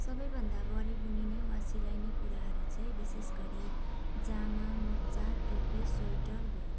सबैभन्दा बढी बुनिने वा सिलाइने कुराहरू चाहिँ विशेष गरी जामा मोजा टोपी स्वेटर हो